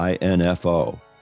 info